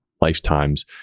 lifetimes